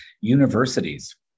universities